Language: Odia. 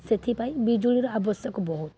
ସେଥିପାଇଁ ବିଜୁଳିର ଆବଶ୍ୟକ ବହୁତ